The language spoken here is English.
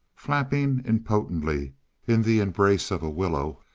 flapping impotently in the embrace of a willow,